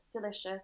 delicious